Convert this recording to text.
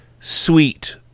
sweet